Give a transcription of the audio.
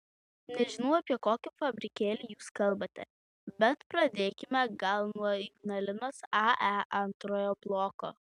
nežinau apie kokį fabrikėlį jūs kalbate bet pradėkime gal nuo ignalinos ae antrojo bloko